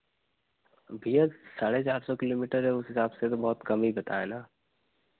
भैया साढ़े चार सौ किलोमीटर है उस हिसाब से तो बहुत कम ही बताए ना